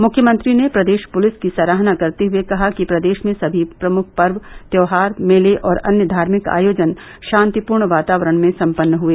मुख्यमंत्री ने प्रदेश पुलिस की सराहना करते हए कहा कि प्रदेश में सभी प्रमुख पर्व त्योहार मेले और अन्य धार्मिक आयोजन ाांतिपूर्ण वातावरण में सम्पन्न हए